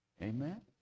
Amen